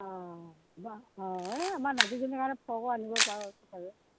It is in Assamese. অ অ এই আমাৰ নাতিজনীৰ কাৰণে ফ্ৰকো আনিব পাৰোঁ চাগৈ